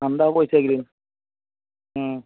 ঠাণ্ডাও পৰিছে এইকেইদিন